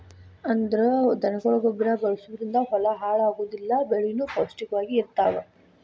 ಅಂದ್ರ ದನಗೊಳ ಗೊಬ್ಬರಾ ಬಳಸುದರಿಂದ ಹೊಲಾ ಹಾಳ ಆಗುದಿಲ್ಲಾ ಬೆಳಿನು ಪೌಷ್ಟಿಕ ವಾಗಿ ಇರತಾವ